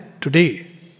today